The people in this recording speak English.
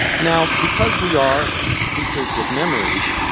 now because we are creatures with memories,